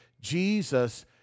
Jesus